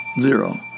Zero